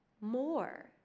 more